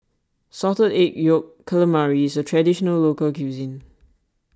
Salted Egg Yolk Calamari is a Traditional Local Cuisine